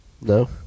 no